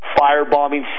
firebombing